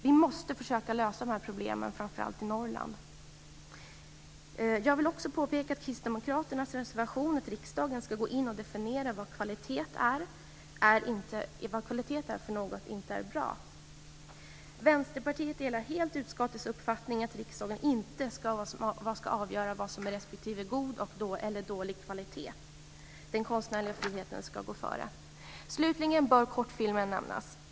Vi måste försöka lösa de här problemen, framför allt i Norrland. Jag vill också påpeka att Kristdemokraternas reservation om att riksdagen ska gå in och definiera vad kvalitet är för något inte är bra. Vänsterpartiet delar helt utskottets uppfattning att riksdagen inte ska avgöra vad som är god respektive dålig kvalitet. Den konstnärliga friheten ska gå före. Slutligen bör kortfilmen nämnas.